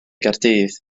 gaerdydd